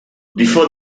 before